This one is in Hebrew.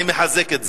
אני מחזק את זה.